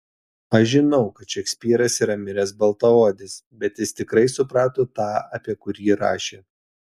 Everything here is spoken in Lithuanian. aš žinau kad šekspyras yra miręs baltaodis bet jis tikrai suprato tą apie kurį rašė